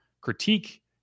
critique